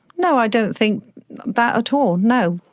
no, i don't think that at all, no.